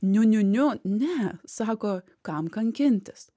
niu niu niu ne sako kam kankintis